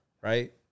Right